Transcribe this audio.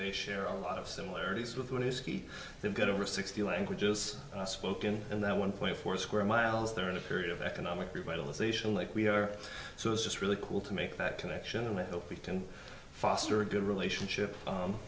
they share a lot of similarities with whisky they've got over sixty languages spoken in that one point four square miles they're in a period of economic revitalization like we are so it's just really cool to make that connection and i hope we can foster a good relationship